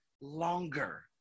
longer